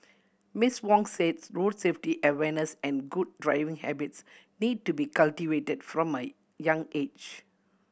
Miss Wong says road safety awareness and good driving habits need to be cultivated from a young age